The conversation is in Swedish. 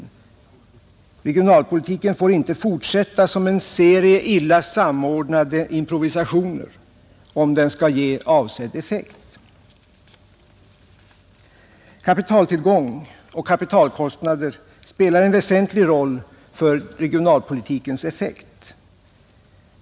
Regionalpolitiken får inte fortsätta som en serie illa samordnade improvisationer, om den skall ge avsedd effekt. Kapitaltillgång och kapitalkostnader spelar en väsentlig roll för regionalpolitikens effekt.